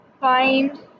find